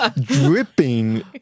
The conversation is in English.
dripping